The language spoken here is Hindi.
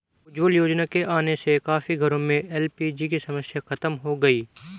उज्ज्वला योजना के आने से काफी घरों में एल.पी.जी की समस्या खत्म हो गई